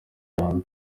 yombi